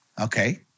Okay